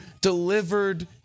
delivered